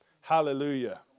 Hallelujah